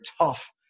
tough